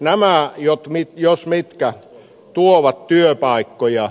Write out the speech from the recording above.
nämä jos mitkä tuovat työpaikkoja